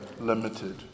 limited